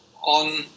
on